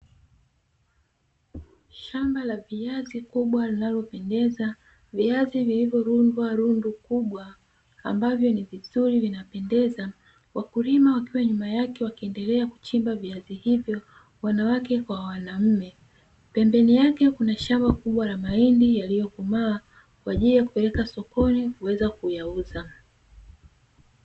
Shamba la viazi kubwa linalopendeza, viazi vilivyo rundwa rundo kubwa ambavyo ni vizuri vinapendeza. Wakulima wakiwa nyuma yake wakiendelea kuchimba viazi hivyo wanawake kwa wanaume pembeni yake kuna shamba kubwa la mahindi yaliyokomaa kwa ajili ya kupeleka sokoni kuweza kuyauza.